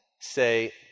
say